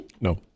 No